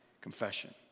Confession